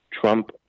Trump